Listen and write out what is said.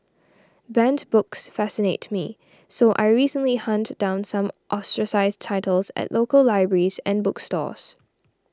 banned books fascinate me so I recently hunted down some ostracised titles at local libraries and bookstores